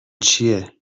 چیه